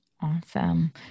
Awesome